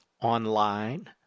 Online